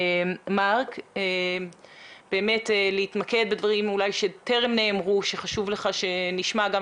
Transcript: אם תוכל להתמקד בדברים שטרם נאמרו וחשובים לך גם עם